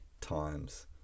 times